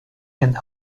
and